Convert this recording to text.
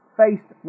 faced